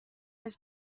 his